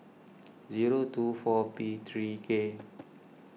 zero two four P three K